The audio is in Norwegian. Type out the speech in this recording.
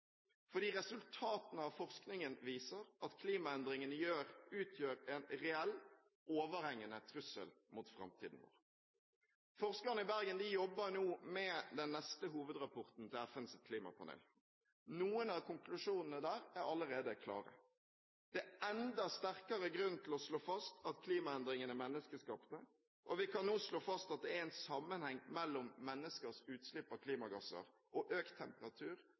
fordi resultatene av forskningen viser at klimaendringene utgjør en reell, overhengende trussel mot framtiden vår. Forskerne i Bergen jobber nå med den neste hovedrapporten til FNs klimapanel. Noen av konklusjonene der er allerede klare: Det er enda sterkere grunn til å slå fast at klimaendringene er menneskeskapte, og vi kan nå slå fast at det er en sammenheng mellom menneskers utslipp av klimagasser og økt temperatur,